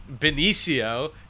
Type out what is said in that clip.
Benicio